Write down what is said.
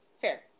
Fair